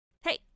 hey